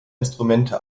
instrumente